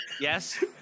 Yes